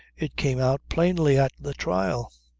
it came out plainly at the trial.